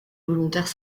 volontaires